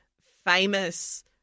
famous